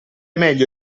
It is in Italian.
meglio